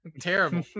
Terrible